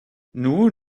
nous